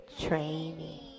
training